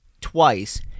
twice